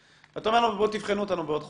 ואתה אומר לנו: בואו תבחנו אותנו בעוד חודש.